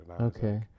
Okay